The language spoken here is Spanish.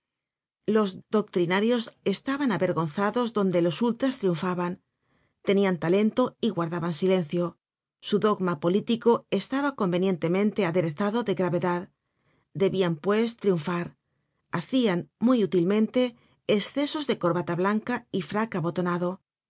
los doctrinarios estaban avergonzados donde los ultras triunfaban tenian talento y guardaban silencio su dogma político estaba convenientemente aderezado de gravedad debian pues triunfar hacian muy útilmente escesos de corbata blanca y frac abotonado